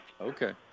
Okay